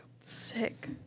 sick